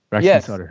yes